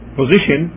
position